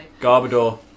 Garbador